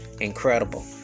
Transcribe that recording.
incredible